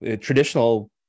traditional